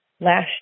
Last